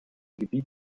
gebiet